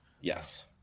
Yes